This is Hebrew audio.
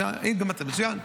אם גם אתה, מצוין.